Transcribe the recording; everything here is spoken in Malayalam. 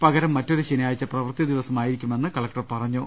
പകരം മറ്റൊരു ശനിയാഴ്ച്ച പ്രവൃത്തി ദിവസം ആയിരിക്കുമെന്ന് കല ക്ടർ പറഞ്ഞു